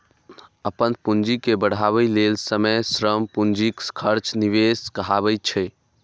अपन पूंजी के बढ़ाबै लेल समय, श्रम, पूंजीक खर्च निवेश कहाबै छै